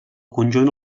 conjunt